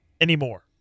anymore